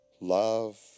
love